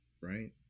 right